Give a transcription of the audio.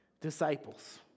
disciples